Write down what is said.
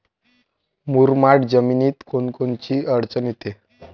मुरमाड जमीनीत कोनकोनची अडचन येते?